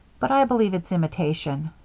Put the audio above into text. but i b'lieve it's imitation.